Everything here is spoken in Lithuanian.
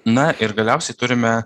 na ir galiausiai turime